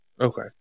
Okay